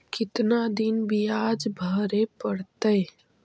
कितना दिन बियाज भरे परतैय?